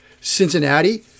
Cincinnati